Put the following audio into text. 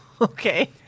Okay